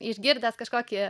išgirdęs kažkokį